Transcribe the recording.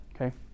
Okay